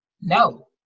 no